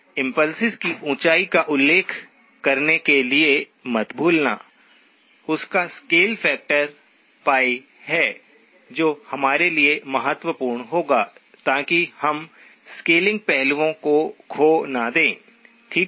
impulses की ऊंचाई का उल्लेख करने के लिए मत भूलना उसका स्केल फैक्टर π है जो हमारे लिए महत्वपूर्ण होगा ताकि हम स्केलिंग पहलुओं को खो न दे ठीक है